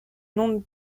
nom